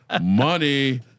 money